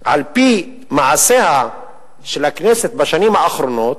על-פי מעשיה של הכנסת בשנים האחרונות,